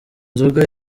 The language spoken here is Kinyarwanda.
nzoga